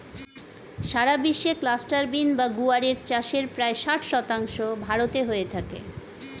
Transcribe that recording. সারা বিশ্বে cluster bean বা গুয়ার এর চাষের প্রায় ষাট শতাংশ ভারতে হয়ে থাকে